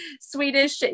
Swedish